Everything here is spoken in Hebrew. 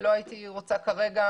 ולא הייתי רוצה כרגע,